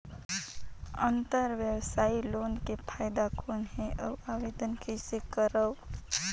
अंतरव्यवसायी लोन के फाइदा कौन हे? अउ आवेदन कइसे करव?